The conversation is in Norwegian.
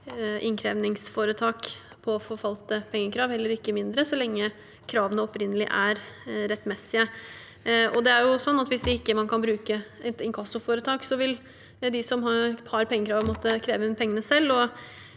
innkrevingsforetak på forfalte pengekrav, heller ikke mindre, så lenge kravene opprinnelig er rettmessige. Hvis man ikke kan bruke et inkassoforetak, vil de som har pengekravet, måtte kreve inn pengene selv.